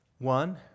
One